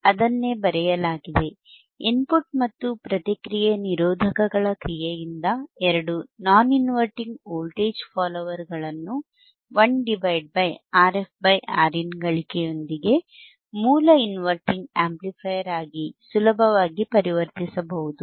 ಅದನ್ನೇ ಬರೆಯಲಾಗಿದೆ ಇನ್ಪುಟ್ ಮತ್ತು ಪ್ರತಿಕ್ರಿಯೆ ನಿರೋಧಕಗಳ ಕ್ರಿಯೆಯಿಂದ ಎರಡು ನಾನ್ ಇನ್ವರ್ಟಿಂಗ್ ವೋಲ್ಟೇಜ್ ಫಾಲ್ಲೋವರ್ಗಳನ್ನು 1 RfRin ಗಳಿಕೆಯೊಂದಿಗೆ ಮೂಲ ಇನ್ವರ್ಟಿಂಗ್ ಆಂಪ್ಲಿಫೈಯರ್ ಆಗಿ ಸುಲಭವಾಗಿ ಪರಿವರ್ತಿಸಬಹುದು